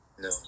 No